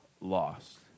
lost